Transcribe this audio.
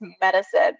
medicine